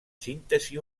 síntesi